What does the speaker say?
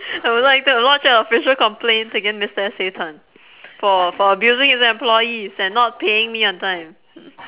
I would like to lodge a official complaint against mister S A tan for for abusing his employees and not paying me on time